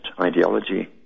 ideology